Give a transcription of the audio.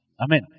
Amen